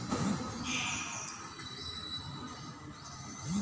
ಸಮಾಜಕ್ಕೆ ಸರ್ಕಾರದವರು ಕೊಡೊ ಸ್ಕೇಮುಗಳಲ್ಲಿ ಹೆಣ್ಣು ಮತ್ತಾ ಗಂಡು ಮಕ್ಕಳಿಗೆ ಅಂತಾ ಸಮಾನ ಸಿಸ್ಟಮ್ ಐತಲ್ರಿ?